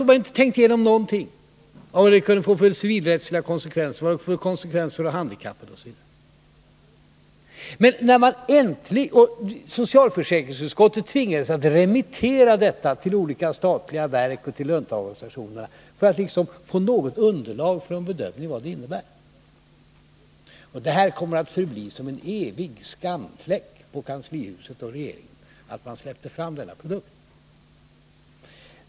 Man hade inte tänkt igenom någonting av vad detta kunde få för civilrättsliga konsekvenser, vad det kunde få för konsekvenser för de handikappade, osv. Socialförsäkringsutskottet tvingades att remittera förslaget till olika statliga verk och till löntagarorganisationerna för att få något underlag för bedömning av vad det innebär. Det kommer att förbli en evig skamfläck på kanslihuset och regeringen att man släppte fram denna produkt.